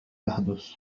يحدث